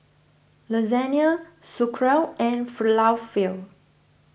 Lasagna Sauerkraut and Falafel